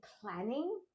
planning